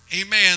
Amen